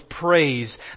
praise